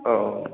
औ